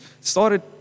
started